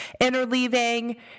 interleaving